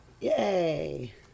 Yay